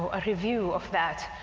a a review of that,